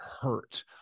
hurt